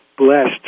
blessed